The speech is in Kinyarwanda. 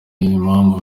impamvu